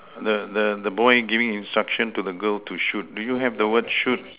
the the the boy giving instruction to the girl to shoot do you have the word shoot